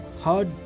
hard